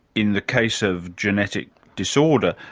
in the case of genetic disorder,